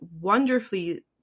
Wonderfully